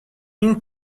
این